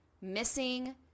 missing